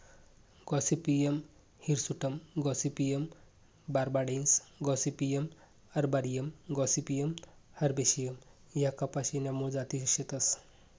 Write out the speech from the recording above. Gossypium hirsutum gossypium barbadense gossypium arboreum gossypium herbaceum ह्या कपाशी न्या मूळ जाती शेतस